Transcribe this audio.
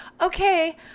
okay